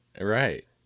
right